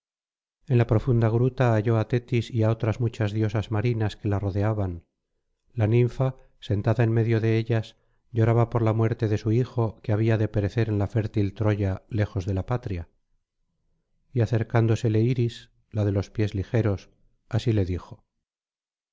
en la profunda gruta halló á tetis y á otras muchas diosas marinas que la rodeaban la ninfa sentada en medio de ellas lloraba por la suerte de su hijo que había de perecer en la fértil troya lejos de la patria y acercándosele iris la de los pies ligeros así le dijo